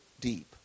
deep